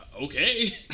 Okay